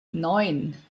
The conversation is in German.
neun